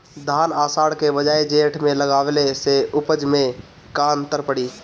धान आषाढ़ के बजाय जेठ में लगावले से उपज में का अन्तर पड़ी?